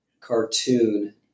cartoon